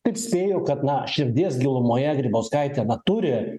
kaip spėju kad na širdies gilumoje grybauskaitė na turi